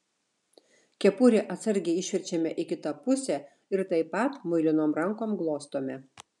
kepurę atsargiai išverčiame į kitą pusę ir taip pat muilinom rankom glostome